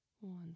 One